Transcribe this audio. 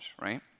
right